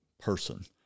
person